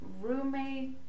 roommate